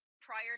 prior